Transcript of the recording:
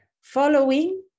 Following